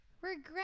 regret